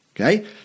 Okay